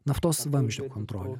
naftos vamzdžio kontrolė